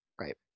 Right